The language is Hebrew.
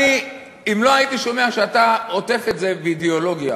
אם לא הייתי שומע שאתה עוטף את זה באידיאולוגיה